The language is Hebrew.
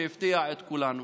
שהפתיע את כולנו,